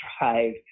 drive